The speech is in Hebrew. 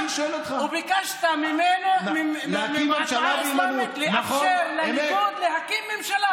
וביקשת מהתנועה האסלאמית לאפשר לליכוד להקים ממשלה.